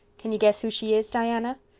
can you guess who she is, diana?